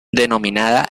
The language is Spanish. denominada